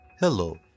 Hello